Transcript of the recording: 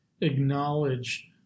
acknowledge